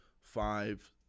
five